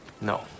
No